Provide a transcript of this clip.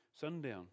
sundown